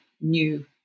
new